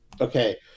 Okay